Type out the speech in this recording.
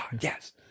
Yes